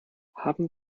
haben